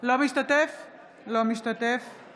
אינו משתתף בהצבעה